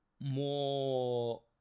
more